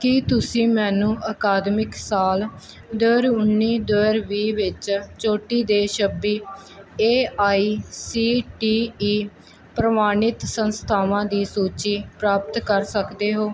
ਕੀ ਤੁਸੀਂ ਮੈਨੂੰ ਅਕਾਦਮਿਕ ਸਾਲ ਦਰ ਉੱਨੀ ਦਰ ਵੀਹ ਵਿੱਚ ਚੋਟੀ ਦੇ ਛੱਬੀ A I C T E ਪ੍ਰਵਾਨਿਤ ਸੰਸਥਾਵਾਂ ਦੀ ਸੂਚੀ ਪ੍ਰਾਪਤ ਕਰ ਸਕਦੇ ਹੋ